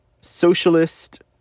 socialist